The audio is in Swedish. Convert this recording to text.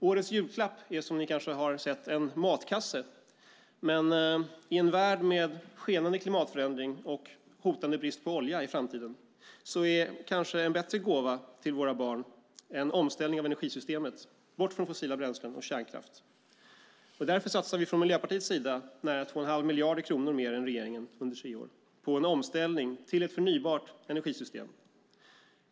Årets julklapp är, som ni kanske har sett, en matkasse. Men i en värld med skenande klimatförändring och hotande brist på olja i framtiden är kanske en bättre gåva till våra barn en omställning av energisystemet bort från fossila bränslen och kärnkraft. Därför satsar vi från Miljöpartiets sida nära 2 1⁄2 miljard kronor mer än regeringen under tre år på omställningen till ett förnybart energisystem.